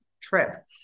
trip